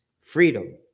Freedom